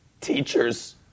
teachers